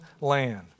land